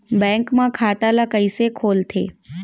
Bank म खाता ल कइसे खोलथे?